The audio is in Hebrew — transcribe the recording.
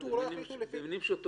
יחליטו או לא יחליטו --- במילים פשוטות,